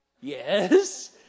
yes